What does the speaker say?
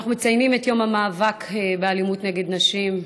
אנחנו מציינים את יום המאבק באלימות נגד נשים.